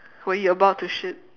when you're about to shit